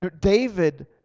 David